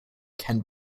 can